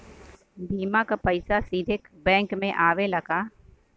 बीमा क पैसा सीधे बैंक में आवेला का?